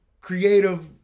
creative